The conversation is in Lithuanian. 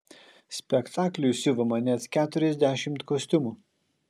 spektakliui siuvama net keturiasdešimt kostiumų